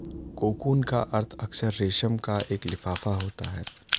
cocoon का अर्थ अक्सर रेशम का एक लिफाफा होता है